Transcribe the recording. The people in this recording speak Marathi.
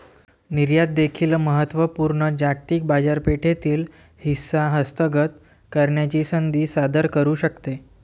निर्यात देखील महत्त्व पूर्ण जागतिक बाजारपेठेतील हिस्सा हस्तगत करण्याची संधी सादर करू शकते